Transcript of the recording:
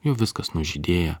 jau viskas nužydėję